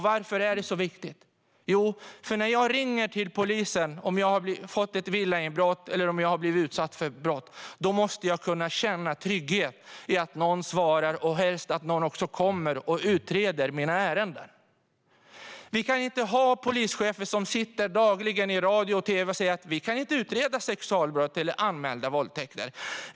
Varför är detta så viktigt? Jo, det är viktigt av denna anledning: När jag ringer till polisen om jag har blivit utsatt för ett villainbrott eller något annat brott måste jag kunna känna trygghet i att någon svarar och helst också att någon kommer och utreder mina ärenden. Vi kan inte ha polischefer som dagligen sitter i radio och tv och säger: Vi kan inte utreda sexualbrott eller anmälda våldtäkter.